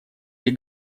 или